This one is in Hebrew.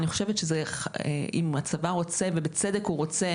אני חושב שאם הצבא רוצה ובצדק הוא רוצה,